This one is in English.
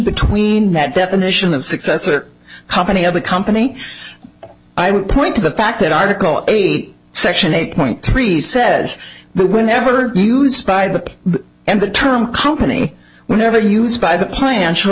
between that definition of success or company of the company i would point to the fact that article i section eight point three says but whenever used by the end the term company whenever used by the plan sh